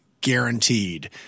guaranteed